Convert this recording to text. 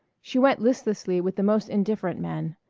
she went listlessly with the most indifferent men.